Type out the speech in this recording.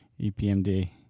EPMD